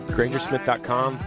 GrangerSmith.com